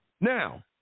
Now